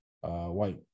white